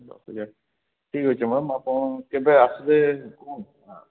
ଦଶ୍ ହଜାର୍ ଠିକ୍ ଅଛି ମ୍ୟାମ୍ ମୁଁ ଆପଣ କେବେ ଆସିବେ କୁହନ୍ତୁ ମ୍ୟାମ୍